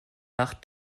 nach